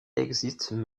existent